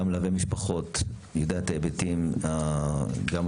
אתה מלווה משפחות ואתה יודע את ההיבטים הבריאותיים,